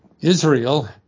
Israel